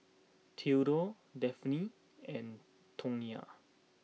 Thedore Delphine and Tonya